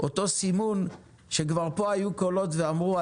אותו סימון שכבר פה היו קולות ואמרו,